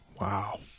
Wow